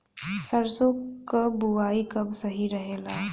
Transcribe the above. सरसों क बुवाई कब सही रहेला?